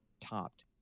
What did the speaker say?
topped